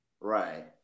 Right